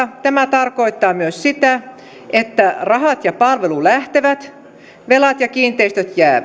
tarkoittaa myös sitä että rahat ja palvelut lähtevät velat ja ja